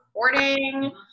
recording